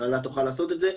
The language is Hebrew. המכללה תוכל לעשות את זה.